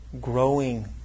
growing